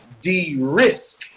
De-risk